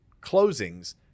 closings